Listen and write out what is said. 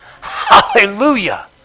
Hallelujah